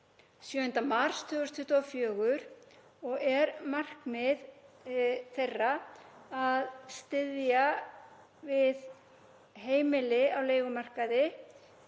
7. mars 2024 og er markmið þess að styðja við heimili á leigumarkaði